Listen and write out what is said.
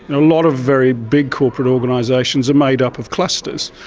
a lot of very big corporate organisations are made up of clusters,